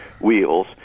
wheels